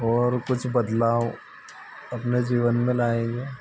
और कुछ बदलाव अपने जीवन में लाएंगे